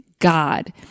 God